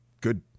Good